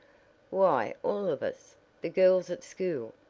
why all of us the girls at school.